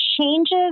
changes